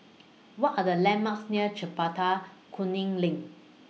What Are The landmarks near Chempaka Kuning LINK